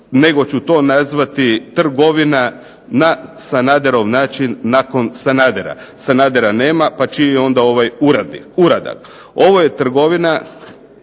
nego ću to nazvati trgovina na Sanaderov način nakon Sanadera. Sanadera nema, pa čiji je ovaj uradak. Ovo je trgovina